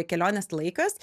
kelionės laikas